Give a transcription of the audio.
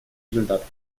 результатов